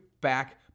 back